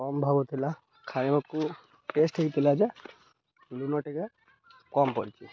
କମ୍ ଭାବୁଥିଲା ଖାଇବାକୁ ଟେଷ୍ଟ ହେଇଥିଲା ଯେ ଲୁଣ ଟିକେ କମ୍ ପଡ଼ିଛି